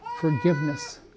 forgiveness